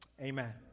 Amen